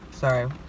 Sorry